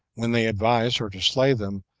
when they advised her to slay them,